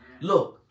Look